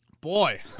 Boy